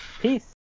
peace